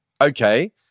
okay